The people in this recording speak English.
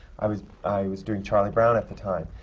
i was i was doing charlie brown at the time.